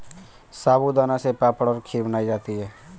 साबूदाना से पापड़ और खीर बनाई जाती है